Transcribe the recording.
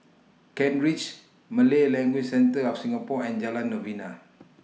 Kent Ridge Malay Language Centre of Singapore and Jalan Novena